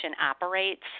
operates